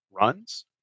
runs